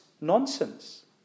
nonsense